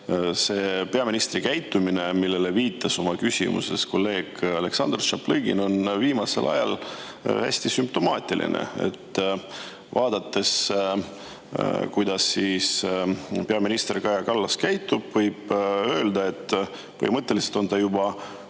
et peaministri käitumine, millele viitas oma küsimuses kolleeg Aleksandr Tšaplõgin, on viimasel ajal hästi sümptomaatiline. Vaadates, kuidas peaminister Kaja Kallas käitub, võib öelda, et põhimõtteliselt on ta juba ühe